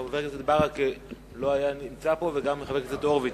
חבר הכנסת ברכה לא נמצא כאן וגם לא חבר הכנסת הורוביץ.